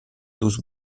douze